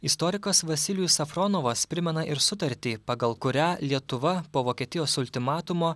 istorikas vasilijus safronovas primena ir sutartį pagal kurią lietuva po vokietijos ultimatumo